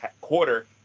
quarter